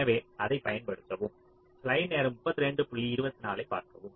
எனவே அதைப் பயன்படுத்தவும்